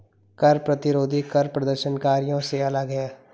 कर प्रतिरोधी कर प्रदर्शनकारियों से अलग हैं